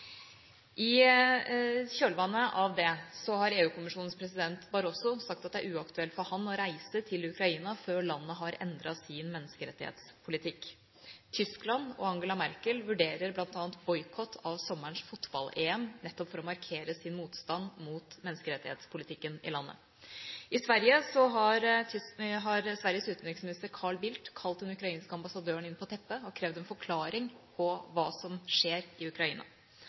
I kjølvannet av det har EU-kommisjonens president, Barroso, sagt at det er uaktuelt for ham å reise til Ukraina før landet har endret sin menneskerettighetspolitikk. Tyskland, og Angela Merkel, vurderer bl.a. boikott av sommerens fotball-EM nettopp for å markere sin motstand mot menneskerettighetspolitikken i landet. I Sverige har utenriksminister Carl Bildt kalt den ukrainske ambassadøren inn på teppet og krevd en forklaring på hva som skjer i Ukraina,